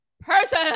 person